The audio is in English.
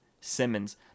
Simmons